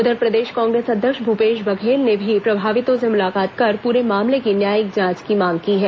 उधर प्रदेश कांग्रेस अध्यक्ष भूपेश बघेल ने भी प्रभावितों से मुलाकात कर पूरे मामले की न्यायिक जांच की मांग की है